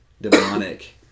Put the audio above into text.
demonic